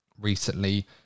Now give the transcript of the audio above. recently